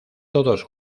todos